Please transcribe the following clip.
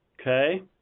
Okay